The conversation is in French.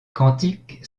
cantiques